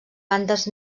bandes